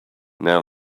now